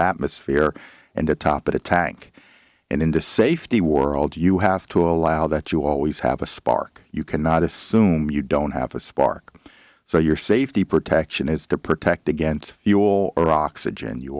atmosphere and atop a tank and in the safety world you have to allow that you always have a spark you cannot assume you don't have a spark so your safety protection is to protect against fuel or oxygen you